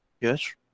yes